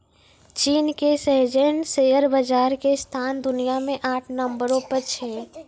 चीन के Shenzhen share बाजार के स्थान दुनिया मे आठ नम्बरो पर छै